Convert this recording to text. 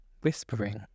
whispering